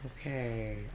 okay